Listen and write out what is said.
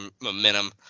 momentum